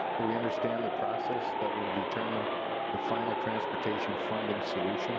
but we understand the process that will determine the final transportation funding solution